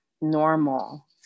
normal